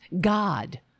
God